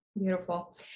beautiful